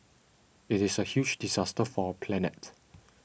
it is a huge disaster for our planet